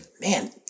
Man